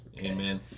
Amen